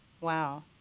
Wow